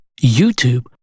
YouTube